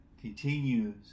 continues